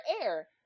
air